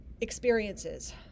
experiences